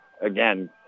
again